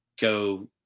go